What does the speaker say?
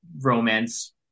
romance